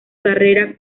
carrera